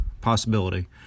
possibility